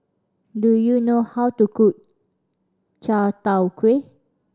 do you know how to cook chai tow kway